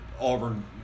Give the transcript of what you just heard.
Auburn